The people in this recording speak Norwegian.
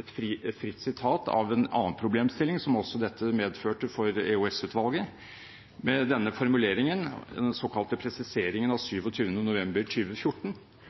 et fritt sitat fra en annen problemstilling som også dette medførte for EOS-utvalget. Med denne formuleringen, den såkalte presiseringen av 27. november